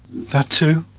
that too?